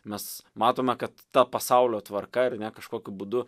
mes matome kad ta pasaulio tvarka ar ne kažkokiu būdu